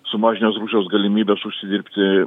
sumažinęs rusijos galimybes užsidirbti